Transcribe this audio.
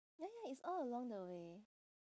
ya ya it's all along the way